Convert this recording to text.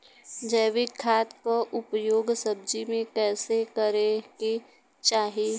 जैविक खाद क उपयोग सब्जी में कैसे करे के चाही?